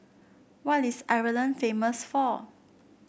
what is Ireland famous for